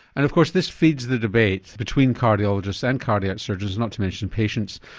and of course this feeds the debate between cardiologists and cardiac surgeons, not to mention patients,